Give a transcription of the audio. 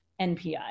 NPI